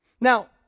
Now